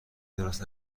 درست